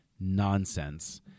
nonsense